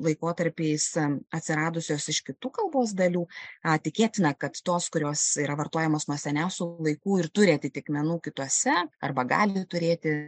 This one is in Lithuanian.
laikotarpiais atsiradusios iš kitų kalbos dalių tikėtina kad tos kurios yra vartojamos nuo seniausių laikų ir turi atitikmenų kitose arba gali turėti